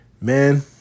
Man